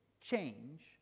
change